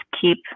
keep